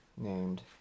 named